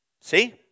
See